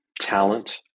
talent